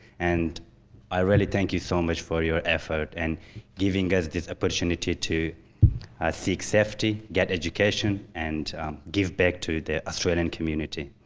and i really thank you so much for your effort and giving us this opportunity to seek safety, get education, and give back to the australian community.